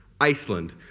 Iceland